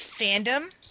fandom